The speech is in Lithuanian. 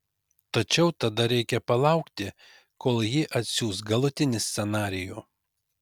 tačiau tada reikia palaukti kol ji atsiųs galutinį scenarijų